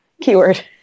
keyword